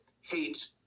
hate